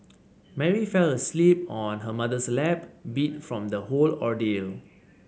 Mary fell asleep on her mother's lap beat from the whole ordeal